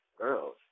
girls